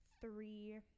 three